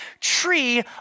tree